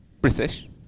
British